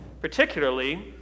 Particularly